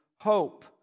hope